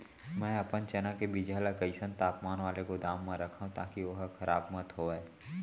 मैं अपन चना के बीजहा ल कइसन तापमान वाले गोदाम म रखव ताकि ओहा खराब मत होवय?